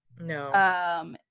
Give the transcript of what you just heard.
No